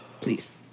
please